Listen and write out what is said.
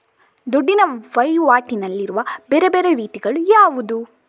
ದುಡ್ಡಿನ ವಹಿವಾಟಿನಲ್ಲಿರುವ ಬೇರೆ ಬೇರೆ ರೀತಿಗಳು ಯಾವುದು?